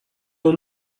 اون